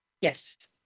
Yes